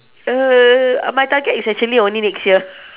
err my target is actually only next year